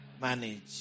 manage